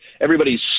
everybody's